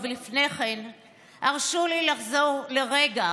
אבל לפני כן הרשו לי לחזור לרגע